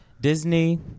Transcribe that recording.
Disney